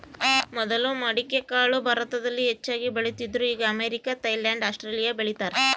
ಮೊದಲು ಮಡಿಕೆಕಾಳು ಭಾರತದಲ್ಲಿ ಹೆಚ್ಚಾಗಿ ಬೆಳೀತಿದ್ರು ಈಗ ಅಮೇರಿಕ, ಥೈಲ್ಯಾಂಡ್ ಆಸ್ಟ್ರೇಲಿಯಾ ಬೆಳೀತಾರ